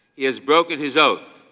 he has broken his oath.